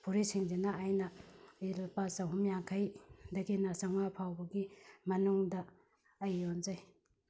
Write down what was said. ꯐꯨꯔꯤꯠꯁꯤꯡꯁꯤꯅ ꯑꯩꯅ ꯂꯨꯄꯥ ꯆꯍꯨꯝ ꯌꯥꯡꯈꯩꯗꯒꯤꯅ ꯆꯥꯥꯥꯥꯥꯥꯥꯥꯥꯝꯃꯉꯥ ꯐꯥꯎꯕꯒꯤ ꯃꯅꯨꯡꯗ ꯑꯩ ꯌꯣꯟꯖꯩ